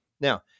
Now